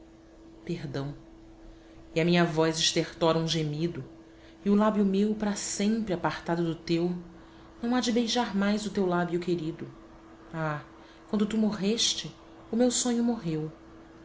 e a minha voz estertora um gemido e o lábio meu para sempre apartado do tue não há de beijar mais o teu lábio querido ah quando tu morreste o meu sonho morreu